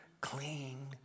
clean